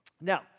Now